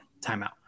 timeout